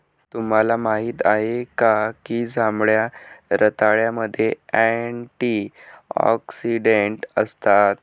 तुम्हाला माहित आहे का की जांभळ्या रताळ्यामध्ये अँटिऑक्सिडेंट असतात?